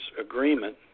agreement